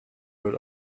will